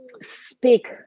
speak